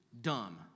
dumb